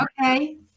Okay